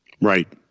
Right